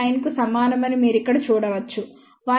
79 కు సమానమని మీరు ఇక్కడ చూడవచ్చు 1